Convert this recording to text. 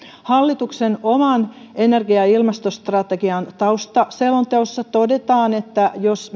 hallituksen oman energia ja ja ilmastostrategian taustaselonteossa todetaan että jos